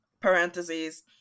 parentheses